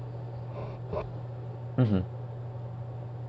mmhmm